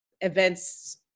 events